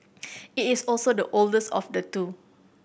it is also the oldest of the two